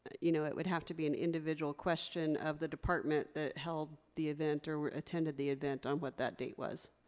you know it would have to be an individual question of the department that held the event or attended the event on what that date was.